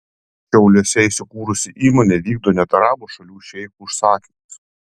šiauliuose įsikūrusi įmonė vykdo net arabų šalių šeichų užsakymus